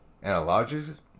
analogies